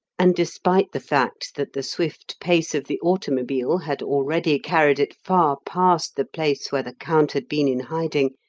and, despite the fact that the swift pace of the automobile had already carried it far past the place where the count had been in hiding,